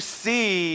see